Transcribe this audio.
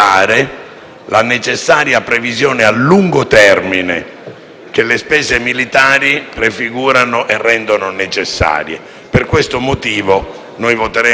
che le spese militari prefigurano e rendono necessarie. Per questo motivo voteremo a favore dell'emendamento